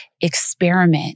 experiment